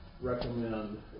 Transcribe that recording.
recommend